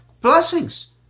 blessings